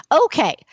Okay